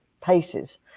paces